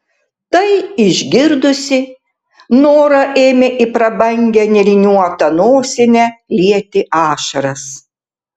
tai išgirdusi nora ėmė į prabangią nėriniuotą nosinę lieti ašaras